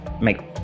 make